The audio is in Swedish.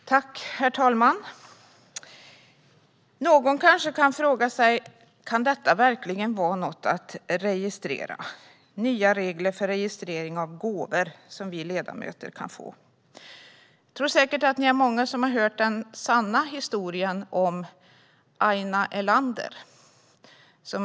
Registrering av gåvor till riksdagsledamöter och registrering av vissa skulder m.m. Herr talman! Någon kanske frågar sig: Kan detta verkligen vara något att registrera? Det handlar om nya regler för registrering av gåvor som vi ledamöter kan få. Jag tror säkert att ni är många som har hört den sanna historien om Aina Erlander.